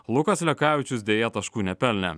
lukas lekavičius deja taškų nepelnė